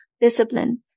discipline